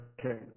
Okay